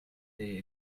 they